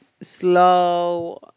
slow